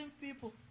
people